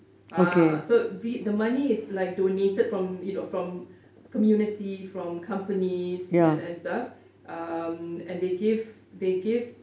ah so the the money is like donated from you know from community from companies and and stuff um and they give they give